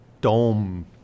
dome